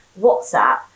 WhatsApp